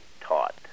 taught